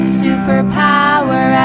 superpower